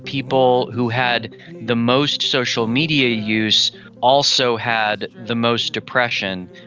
people who had the most social media use also had the most depression.